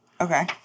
Okay